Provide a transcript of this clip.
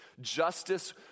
Justice